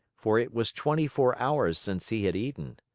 for it was twenty-four hours since he had eaten.